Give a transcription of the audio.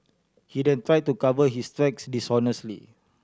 he then tried to cover his tracks dishonestly